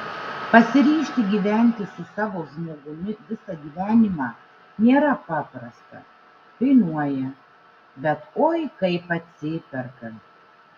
pasiryžti gyventi su savo žmogumi visą gyvenimą nėra paprasta kainuoja bet oi kaip atsiperka